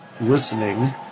listening